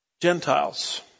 Gentiles